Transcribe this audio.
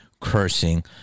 cursing